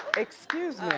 excuse me.